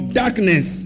darkness